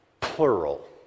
plural